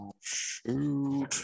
shoot